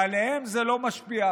ועליהם זה לא משפיע.